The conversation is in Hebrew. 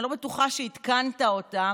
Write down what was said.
שאני לא בטוחה שעדכנת אותם,